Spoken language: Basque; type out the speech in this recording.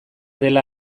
dela